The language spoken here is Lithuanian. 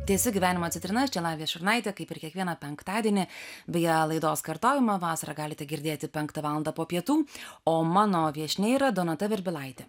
tęsiu gyvenimo citrinas čia lavija šurnaitė kaip ir kiekvieną penktadienį beje laidos kartojimą vasarą galite girdėti penktą valandą po pietų o mano viešnia yra donata birbilaitė